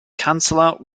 chancellor